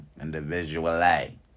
individually